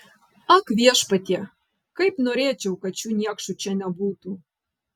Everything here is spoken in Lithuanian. ak viešpatie kaip norėčiau kad šių niekšų čia nebūtų